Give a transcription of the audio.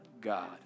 God